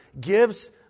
gives